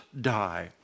die